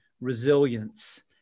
resilience